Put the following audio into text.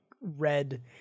red